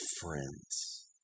friends